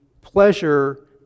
pleasure